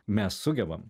mes sugebam